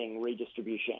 redistribution